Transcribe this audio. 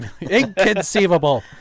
Inconceivable